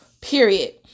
period